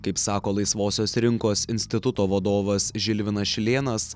kaip sako laisvosios rinkos instituto vadovas žilvinas šilėnas